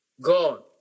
God